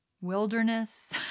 wilderness